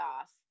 off